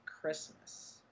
Christmas